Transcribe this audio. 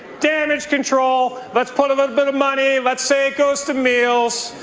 damage control, let's put a little bit of money, let's stay goes to meals.